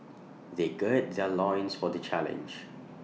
they gird their loins for the challenge